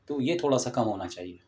تو یہ تھوڑا سا کم ہونا چاہیے